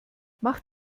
mach